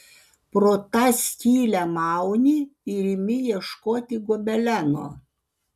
pro tą skylę mauni ir imi ieškoti gobeleno